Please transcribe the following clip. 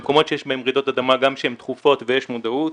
במקומות שיש בהם רעידות אדמה גם כשהן תכופות ויש מודעות,